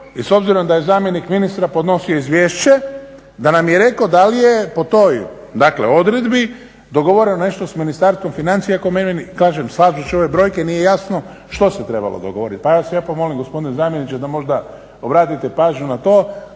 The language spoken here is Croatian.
i s obzirom da je zamjenik ministra podnosio izvješće, da nam je rekao da li je po toj odredbi dogovoreno nešto s Ministarstvom financija … kažem slažući ove brojke nije jasno što se trebalo dogovorit pa vas ja lijepo molim gospodine zamjeniče da možda obratite pažnju na to